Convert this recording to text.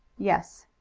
yes.